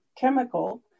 chemical